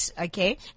okay